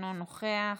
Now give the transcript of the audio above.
אינו נוכח.